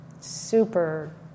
super